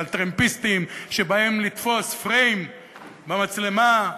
ועל טרמפיסטים שבאים לתפוס פריים במצלמה,